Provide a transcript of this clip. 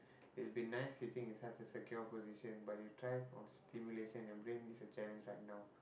he's been there sitting in such a secure position but you try on stimulation you brain needs a challenge right now